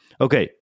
Okay